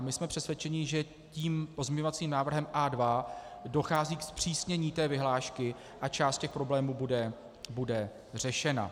My jsme přesvědčeni, že pozměňovacím návrhem A2 dochází ke zpřísnění té vyhlášky a část těch problémů bude řešena.